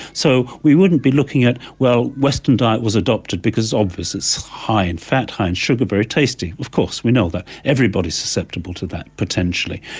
so we wouldn't be looking at, well, western diet was adopted, because obviously it's high in fat, high in sugar, very tasty, of course, we know all that, everybody is susceptible to that potentially.